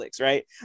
right